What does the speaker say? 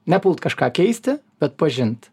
ne pult kažką keisti bet pažint